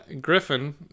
griffin